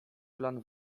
plan